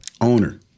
Owner